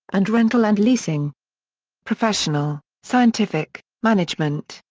and rental and leasing professional, scientific, management,